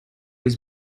his